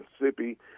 Mississippi